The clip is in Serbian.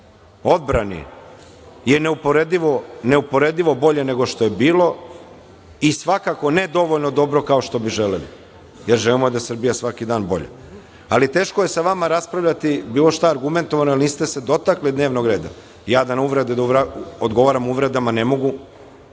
neuporedivo, neuporedivo bolje nego što je bilo i svakako ne dovoljno dobro kao što bi želeli, jer želimo da je Srbija svaki dan bolja. Ali, teško je sa vama raspravljati bilo šta argumentovano, jer niste se dotakli dnevnog reda. Ja na uvrede da odgovaram uvredama ne mogu,